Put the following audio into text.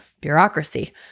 bureaucracy